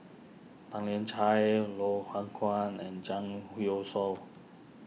Tan Lian Chye Loh Hoong Kwan and Zhang Hui Youshuo